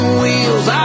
wheels